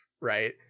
right